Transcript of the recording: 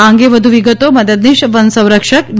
આ અંગે વધુ વિગતો મદદનીશ વનસંરક્ષક ડી